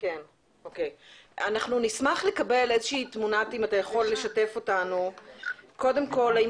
אנחנו נשמח לקבל תמונה אם אתה יכול לשתף אותנו קודם כל האם